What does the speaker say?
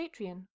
Patreon